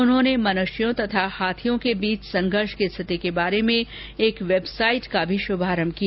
उन्होंने मनुष्यों तथा हाथियों के बीच संघर्ष की स्थिति के बारे में एक वेबसाइट का भी शुभारंभ किया